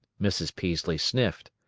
mrs. peaslee sniffed.